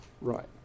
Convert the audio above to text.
Right